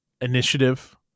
initiative